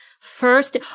first